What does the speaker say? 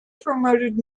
promoted